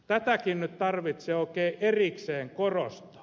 tätäkin nyt tarvitsee oikein erikseen korostaa